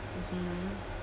mmhmm